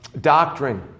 doctrine